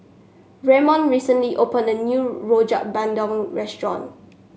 Ramon recently opened a new Rojak Bandung restaurant